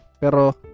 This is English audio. Pero